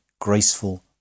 graceful